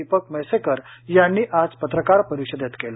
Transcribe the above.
दीपक म्हैसेकर यांनी आज पत्रकार परिषदेत केलं